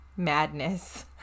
madness